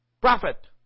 prophet